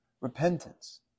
repentance